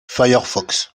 firefox